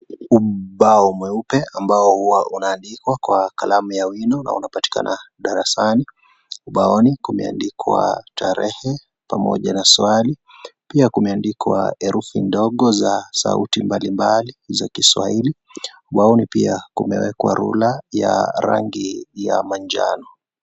Uba mweupe ambao huwa unaandikwa na kalamu ya wino na unaoatikana darasani , ubaoni kumeandikwa tarehe pamoja na swali pia kumeandikwa herufi ndogo za sauti mnbalimali za kiswahili ubaoni pia kumewekwa rula ya rangi ya manjano.